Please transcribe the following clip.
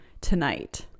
tonight